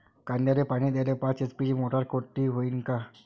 कांद्याले पानी द्याले पाच एच.पी ची मोटार मोटी व्हईन का?